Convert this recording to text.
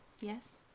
Yes